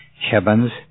Heaven's